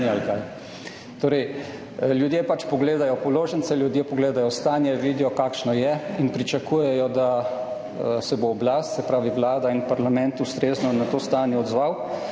Torej, ljudje pač pogledajo položnice, ljudje pogledajo stanje, vidijo, kakšno je in pričakujejo, da se bo oblast, se pravi vlada in parlament, na to stanje